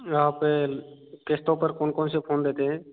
यहाँ पे किस्तों पर कौन कौन से फ़ोन देते हैं